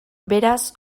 beraz